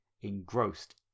engrossed